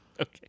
Okay